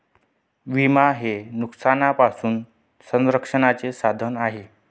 विमा हे नुकसानापासून संरक्षणाचे साधन आहे